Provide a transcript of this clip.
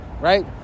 right